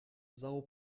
são